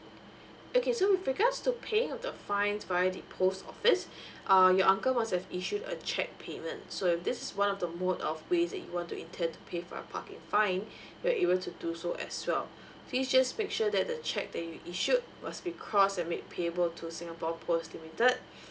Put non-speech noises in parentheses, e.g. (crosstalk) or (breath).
(breath) okay so with regards to paying of the fine via the post office (breath) uh your uncle once have issued a check payment so if this is one of the mode of ways that you want to intend to pay for your parking fine (breath) you're able to do so as well (breath) please just make sure that the check that you issued must be crossed and make payable to singapore post limited (breath)